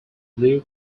luke